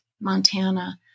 Montana